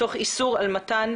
תוך איסור על מתן,